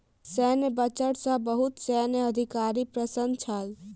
सैन्य बजट सॅ बहुत सैन्य अधिकारी प्रसन्न छल